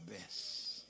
best